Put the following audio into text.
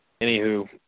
anywho